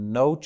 no